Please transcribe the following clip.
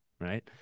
Right